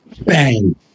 Bang